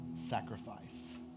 sacrifice